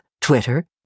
Twitter